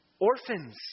orphans